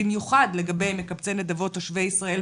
במיוחד לגבי מקבצי נדבות תושבי ישראל,